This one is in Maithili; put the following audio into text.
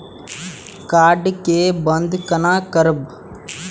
कार्ड के बन्द केना करब?